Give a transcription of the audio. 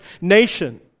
nation